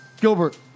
Gilbert